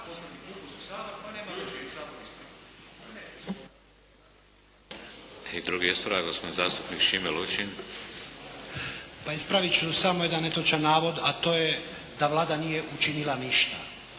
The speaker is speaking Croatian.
I drugi ispravak gospodin zastupnik Šime Lučin. **Lučin, Šime (SDP)** Pa ispravit ću samo jedan netočan navod a to je da Vlada nije učinila ništa.